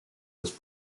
has